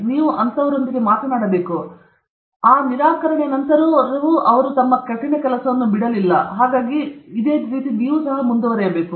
ನೀವು ಅವರೊಂದಿಗೆ ಮಾತಾಡಬೇಕು ಆದರೆ ಈ ನಿರಾಕರಣೆಯ ನಂತರವೂ ಕೂಡಾ ಅವರು ಬಿಡುತ್ತಿಲ್ಲ ನೀವು ಮುಂದುವರೆಯಬೇಕು